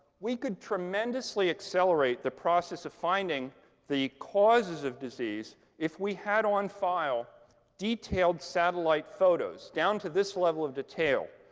we could tremendously accelerate the process of finding the causes of disease if we had on file detailed satellite photos down to this level of detail